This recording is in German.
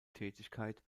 tätigkeit